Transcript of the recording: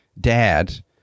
dad